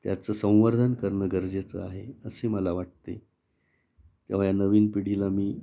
त्याचं संवर्धन करणं गरजेचं आहे असे मला वाटते तेव्हा या नवीन पिढीला मी